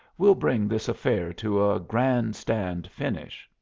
we'll bring this affair to a grand-stand finish.